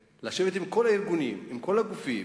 לשבת עם כל הארגונים, עם כל הגופים,